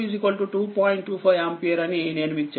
25 ampere అని నేను మీకు చెప్పాను